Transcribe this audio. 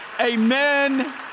Amen